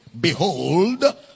Behold